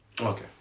Okay